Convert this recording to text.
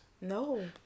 No